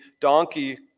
donkey